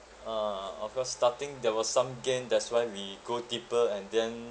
a'ah of course starting there was some gain that's why we go deeper and then